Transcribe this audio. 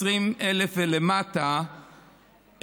20,000 ומטה,